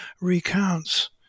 recounts